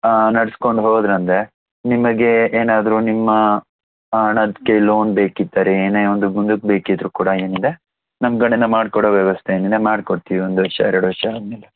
ನಡೆಸಿಕೊಂಡು ಹೋದರೆಂದರೆ ನಿಮಗೆ ಏನಾದರೂ ನಿಮ್ಮ ಹಣಕ್ಕೆ ಲೋನ್ ಬೇಕಿದ್ದರೆ ಏನೇ ಒಂದು ಮುಂದಕ್ಕೆ ಬೇಕಿದ್ದರೂ ಕೂಡ ಏನಿದೆ ನಮ್ಮ ಕಡೆಯಿಂದ ಮಾಡಿಕೊಡೋ ವ್ಯವಸ್ಥೆ ಏನಿದೆ ಮಾಡಿಕೊಡ್ತೀವಿ ಒಂದು ವರ್ಷ ಎರಡು ವರ್ಷ ಆದ ಮೇಲೆ